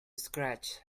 scratch